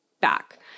back